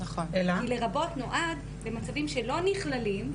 כי "לרבות" נועד למצבים שלא נכללים,